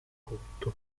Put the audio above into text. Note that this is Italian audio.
cotto